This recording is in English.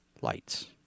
lights